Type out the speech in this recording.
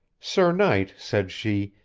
sir knight, said she,